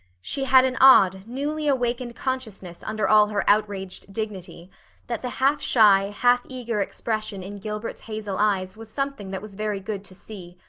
she had an odd, newly awakened consciousness under all her outraged dignity that the half-shy, half-eager expression in gilbert's hazel eyes was something that was very good to see.